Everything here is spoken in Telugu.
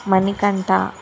మణికంఠ